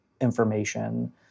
information